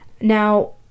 Now